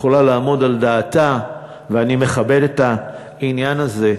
יכולה לעמוד על דעתה, ואני מכבד את העניין הזה.